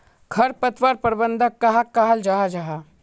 खरपतवार प्रबंधन कहाक कहाल जाहा जाहा?